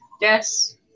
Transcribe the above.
yes